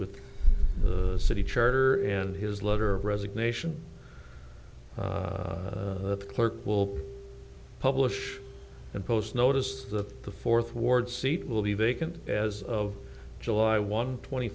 with the city charter and his letter of resignation the clerk will publish and post notice that the fourth ward seat will be vacant as of july one t